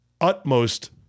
utmost